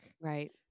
right